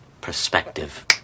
perspective